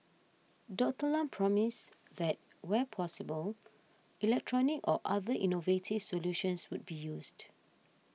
Doctor Lam promised that where possible electronic or other innovative solutions would be used